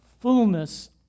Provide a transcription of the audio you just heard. fullness